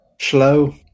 Slow